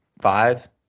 five